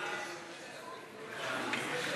ההסתייגות (16) של קבוצת